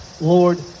Lord